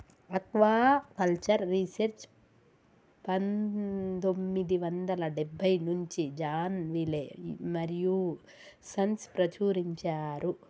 aquaculture research పందొమ్మిది వందల డెబ్బై నుంచి జాన్ విలే మరియూ సన్స్ ప్రచురించారు